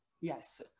Yes